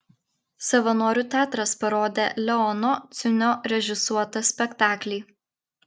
savanorių teatras parodė leono ciunio režisuotą spektaklį